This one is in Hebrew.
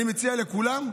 אני מציע לכולם.